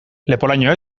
leporaino